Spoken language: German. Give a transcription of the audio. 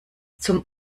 zum